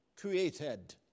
created